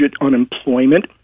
unemployment